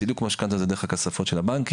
סילוק משכנתה זה דרך הכספות של הבנקים,